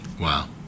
Wow